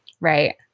Right